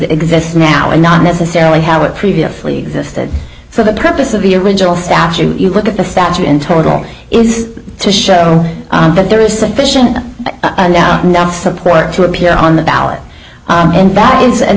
exists now and not necessarily how it previously existed for the purpose of the original statute you look at the statute in total is to show that there is sufficient doubt not support to appear on the ballot and that is an